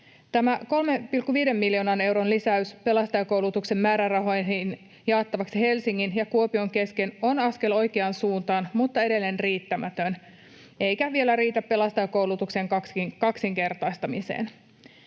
3,5 miljoonan euron lisäys pelastajakoulutuksen määrärahoihin jaettavaksi Helsingin ja Kuopion kesken on askel oikeaan suuntaan mutta edelleen riittämätön eikä vielä riitä pelastajakoulutuksen kaksinkertaistamiseen.